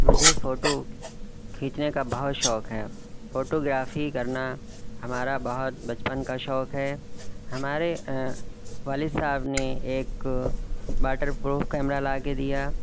مجھے فوٹو کھینچنے کا بہت شوق ہے فوٹوگرافی کرنا ہمارا بہت بچپن کا شوق ہے ہمارے والد صاحب نے ایک واٹر پروف کیمرا لا کے دیا